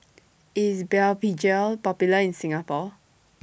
IS Blephagel Popular in Singapore